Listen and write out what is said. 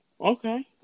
okay